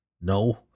No